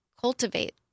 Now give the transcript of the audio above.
cultivate